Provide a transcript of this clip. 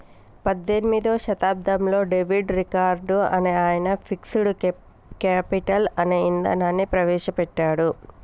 పద్దెనిమిదో శతాబ్దంలో David Ricardo అనే ఆయన ఫిక్స్డ్ కేపిటల్ అనే ఇదానాన్ని ప్రవేశ పెట్టాడు